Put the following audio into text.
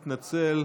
מתנצל.